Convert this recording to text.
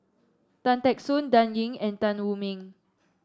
Tan Teck Soon Dan Ying and Tan Wu Meng